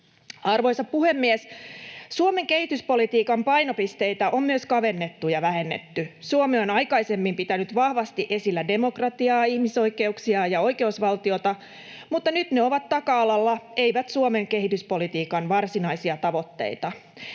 Arvoisa puhemies! Suomen kehityspolitiikan painopisteitä on myös kavennettu ja vähennetty. Suomi on aikaisemmin pitänyt vahvasti esillä demokratiaa, ihmisoikeuksia ja oikeusvaltiota, mutta nyt ne ovat taka-alalla, eivät Suomen kehityspolitiikan varsinaisia tavoitteita.